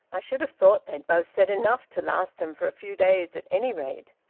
i should have thought they'd both said enough to last them for a few days at any rate.